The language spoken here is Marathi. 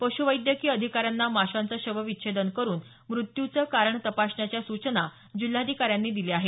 पश्वैधकीय अधिकाऱ्यांना माशांचं शवछेदन करून मृत्यूचं कारण तपासण्याच्या सूचना जिल्हाधिकाऱ्यांनी दिल्या आहेत